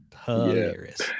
Hilarious